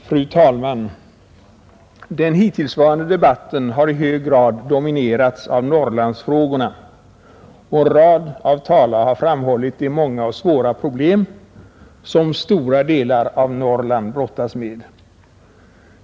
Fru talman! Den hittillsvarande debatten har i hög grad dominerats av Norrlandsfrågorna och en rad av talare har framhållit de många och svåra problem, som stora delar av Norrland brottas med.